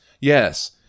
yes